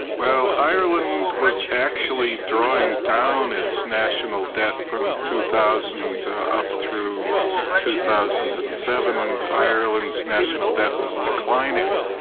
well ireland was actually drawing down its national debt. from two thousand up through two thousand and seven, ireland's national debt was declining.